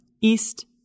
east